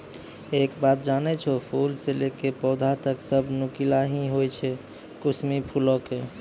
एक बात जानै छौ, फूल स लैकॅ पौधा तक सब नुकीला हीं होय छै कुसमी फूलो के